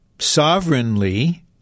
sovereignly